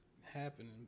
happening